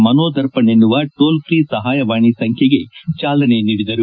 ಮನೋದರ್ಪಣ್ ಎನ್ನುವ ಟೋಲ್ಫ್ರೀ ಸಹಾಯವಾಣಿ ಸಂಬೈಗೆ ಚಾಲನೆ ನೀಡಿದರು